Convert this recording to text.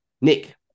Nick